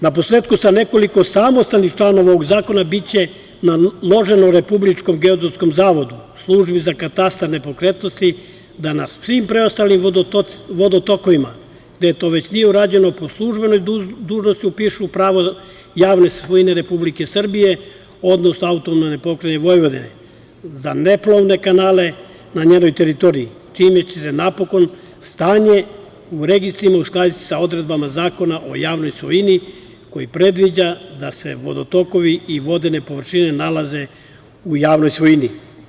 Na posletku sa nekoliko samostalnih članova ovog zakona biće naloženo Republičkom geodetskom zavodu, Službi za katastar nepokretnosti da na svim preostalim vodotokovima, gde to već nije urađeno, po službenoj dužnosti upišu pravo javne svojine Republike Srbije, odnosno AP Vojvodine za neplovne kanale na njenoj teritoriji, čime će se napokon stanje u registrima uskladiti sa odredbama Zakona o javnoj svojini, koji predviđa da se vodotokovi i vodene površine nalaze u javnoj svojini.